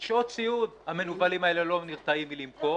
אפילו שעות ציוד המנוולים האלה לא נרתעים מלמכור